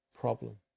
problem